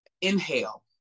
inhale